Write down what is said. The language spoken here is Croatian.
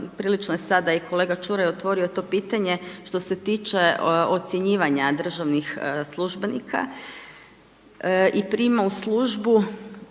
prilično je sada i kolega Čuraj otvorio to pitanje što se tiče ocjenjivanja državnih službenika i prijema u službu,